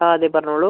ആ അതെ പറഞ്ഞോളൂ